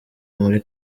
muri